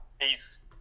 Peace